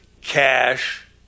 cash